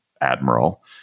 admiral